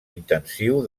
intensiu